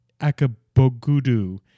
Akabogudu